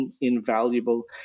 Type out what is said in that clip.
invaluable